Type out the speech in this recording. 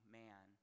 man